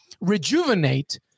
rejuvenate